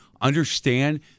understand